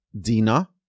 Dina